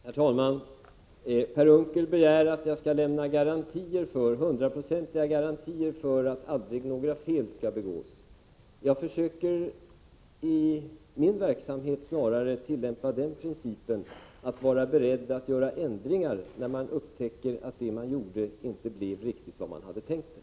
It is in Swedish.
Herr talman! Per Unckel begär att jag skall lämna hundraprocentiga ER 5 ga SR Om verksamheten garantier för att några fel aldrig skall begås. Jag försöker i min verksamhet snarare tillämpa den principen att man skall vara beredd att göra ändringar när man upptäcker att det som man gjorde inte blev riktigt vad man hade tänkt sig.